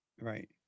Right